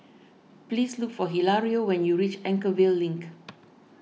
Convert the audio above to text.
please look for Hilario when you reach Anchorvale Link